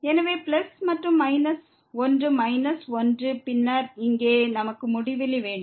எனவே பிளஸ் மற்றும் மைனஸ் ஒன்று மைனஸ் ஒன்று பின்னர் இங்கே நமக்கு முடிவிலி வேண்டும்